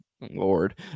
lord